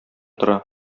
тора